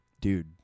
dude